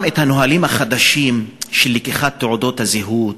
הנהלים החדשים של לקיחת תעודות הזהות